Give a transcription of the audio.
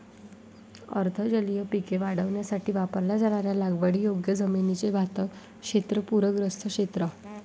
अर्ध जलीय पिके वाढवण्यासाठी वापरल्या जाणाऱ्या लागवडीयोग्य जमिनीचे भातशेत पूरग्रस्त क्षेत्र